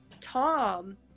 Tom